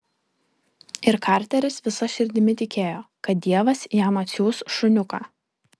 ir karteris visa širdimi tikėjo kad dievas jam atsiųs šuniuką